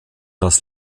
das